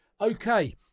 Okay